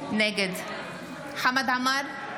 נגד חמד עמאר,